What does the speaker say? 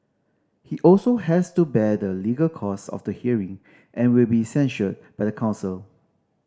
he also has to bear the legal cost of the hearing and will be censured by the council